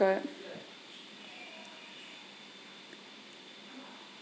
but